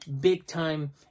big-time